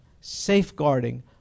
Safeguarding